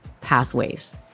pathways